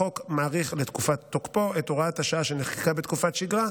החוק מאריך לתקופת תוקפו את הוראת השעה שנחקקה בתקופת שגרה,